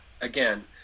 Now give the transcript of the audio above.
again